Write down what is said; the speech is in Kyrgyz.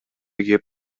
кеп